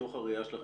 מתוך הראייה שלכם,